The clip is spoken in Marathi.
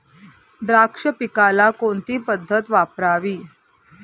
द्राक्ष पिकाला कोणती पद्धत वापरावी?